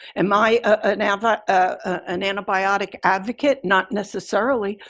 am i ah an and ah an antibiotic advocate? not necessarily.